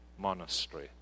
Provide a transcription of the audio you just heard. monastery